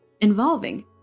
involving